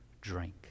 drink